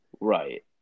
right